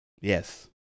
Yes